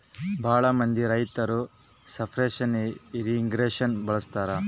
ಭಾಳ ಮಂದಿ ರೈತರು ಸರ್ಫೇಸ್ ಇರ್ರಿಗೇಷನ್ ಬಳಸ್ತರ